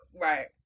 Right